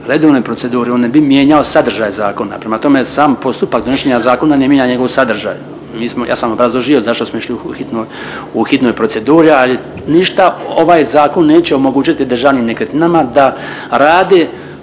redovnoj proceduri, on ne bi mijenjao sadržaj zakona. Prema tome sam postupak donošenja zakona ne mijenja njegov sadržaj. Mi smo, ja sam obrazložio zašto smo išli u hitnu, u hitnoj proceduri ali ništa ovaj zakon neće omogućiti državnim nekretninama da rade